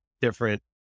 different